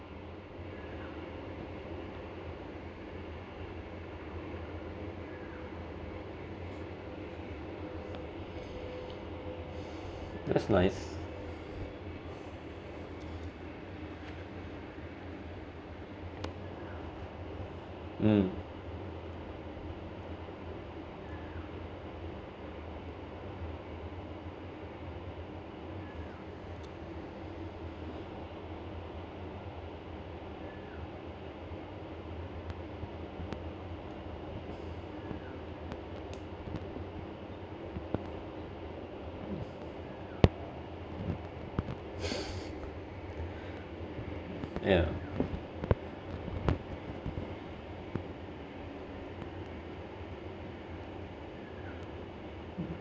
that's nice mm ya